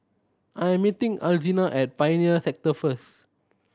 I am meeting Alzina at Pioneer Sector first